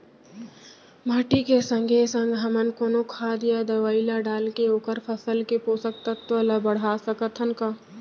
माटी के संगे संग हमन कोनो खाद या दवई ल डालके ओखर फसल के पोषकतत्त्व ल बढ़ा सकथन का?